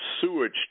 sewage